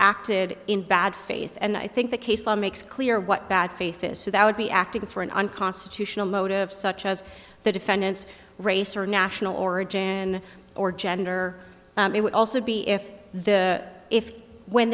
acted in bad faith and i think the case law makes clear what bad faith is to that would be acting for an unconstitutional motive such as the defendant's race or national origin and or gender it would also be if the if when